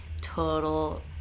total